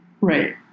right